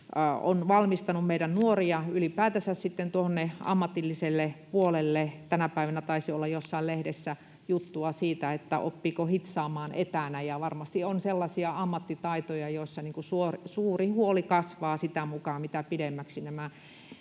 on valmistanut meidän nuoria ylipäätänsä tuonne ammatilliselle puolelle? Tänä päivänä taisi olla jossain lehdessä juttua siitä, oppiiko hitsaamaan etänä, ja varmasti on sellaisia ammattitaitoja, joiden osalta suuri huoli kasvaa sitä mukaa, mitä pidemmäksi nämä